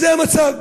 וזה המצב.